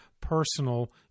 personal